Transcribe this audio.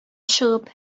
чыгып